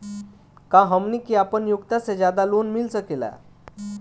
का हमनी के आपन योग्यता से ज्यादा लोन मिल सकेला?